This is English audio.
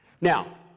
Now